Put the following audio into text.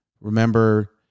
Remember